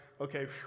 Okay